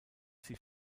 sie